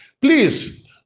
Please